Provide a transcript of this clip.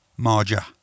Marja